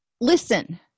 listen